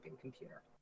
Computer